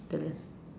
Italian